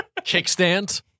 Kickstand